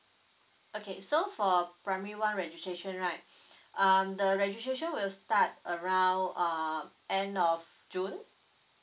okay so for primary one registration right um the registration will start around uh end of june